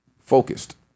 Focused